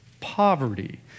poverty